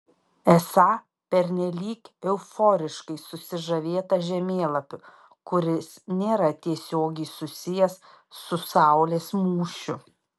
esą pernelyg euforiškai susižavėta žemėlapiu kuris nėra tiesiogiai susijęs su saulės mūšiu